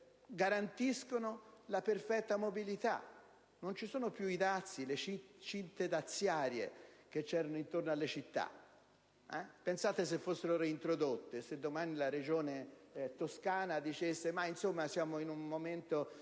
Schengen garantiscono la perfetta mobilità. Non ci sono più i dazi, le cinte daziarie che c'erano intorno alle città. Pensate se fossero reintrodotte, se domani la Regione Toscana stabilisse, essendo in un momento